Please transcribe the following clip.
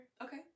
Okay